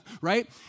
right